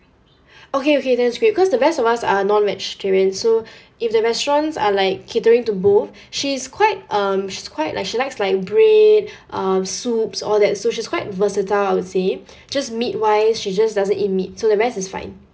okay okay that is great cause the rest of us are non-vegetarian so if the restaurants are like catering to both she's quite um she quite like she likes like bread uh soups all that so she's quite versatile to say just meat wise she just doesn't eat meat so the rest is fine